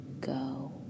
go